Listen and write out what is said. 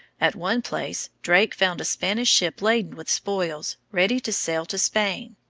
at one place drake found a spanish ship laden with spoils, ready to sail to spain.